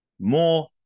more